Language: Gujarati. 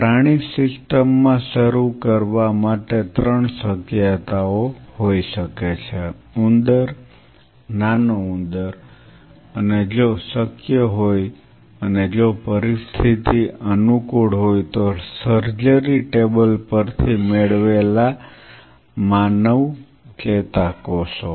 પ્રાણી સિસ્ટમ માં શરૂ કરવા માટે 3 શક્યતાઓ હોઈ શકે છે ઉંદર નાનો ઉંદર અને જો શક્ય હોય અને જો પરિસ્થિતિ અનુકૂળ હોય તો સર્જરી ટેબલ પરથી મેળવેલા માનવ ચેતાકોષો